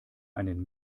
einen